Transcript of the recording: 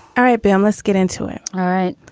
all right, ben, let's get into it. all right.